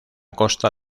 costa